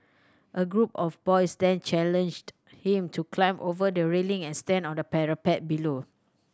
a group of boys then challenged him to climb over the railing and stand on the parapet below